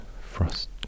frost